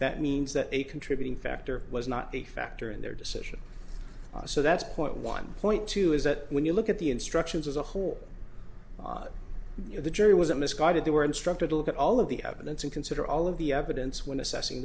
that means that a contributing factor was not a factor in their decision so that's point one point two is that when you look at the instructions as a whole you know the jury was a misguided they were instructed to look at all of the evidence and consider all of the evidence when assessing